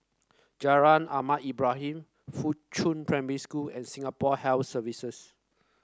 Jalan Ahmad Ibrahim Fuchun Primary School and Singapore Health Services